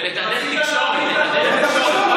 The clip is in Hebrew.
ולדבר עם תקשורת,